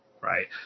right